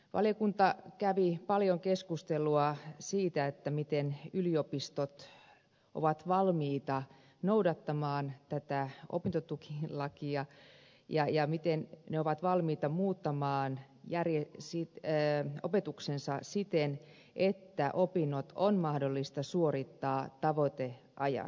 valiokunta kävi paljon keskustelua siitä miten yliopistot ovat valmiita noudattamaan tätä opintotukilakia ja miten ne ovat valmiita muuttamaan opetuksensa siten että opinnot on mahdollista suorittaa tavoiteajassa